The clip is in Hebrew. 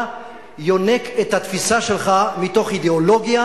אתה יונק את התפיסה שלך מתוך אידיאולוגיה